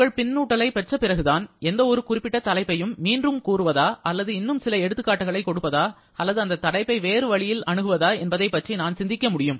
உங்கள் பின்னூட்டலை பெற்ற பிறகுதான் எந்தவொரு குறிப்பிட்ட தலைப்பையும் மீண்டும் கூறுவதா அல்லது இன்னும் சில எடுத்துக்காட்டுகளைக் கொடுப்பதா அல்லது அந்த தலைப்பை வேறு வழியில் அணுகுவதா என்பதை பற்றி நான் சிந்திக்க முடியும்